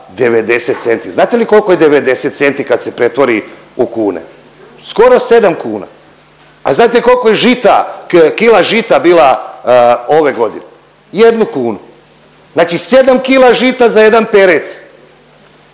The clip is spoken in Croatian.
90 centi. Znate li koliko je 90 centi kad se pretvori u kune, skoro 7 kuna. A znate koliko je žita, kila žita bila ove godine? 1 kunu. Znači 7 kila žita za jedan perec